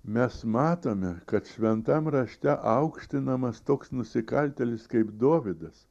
mes matome kad šventam rašte aukštinamas toks nusikaltėlis kaip dovydas